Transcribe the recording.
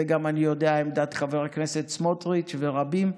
אני יודע שזו גם עמדת חבר הכנסת סמוטריץ', ורבים.